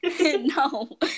No